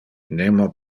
nemo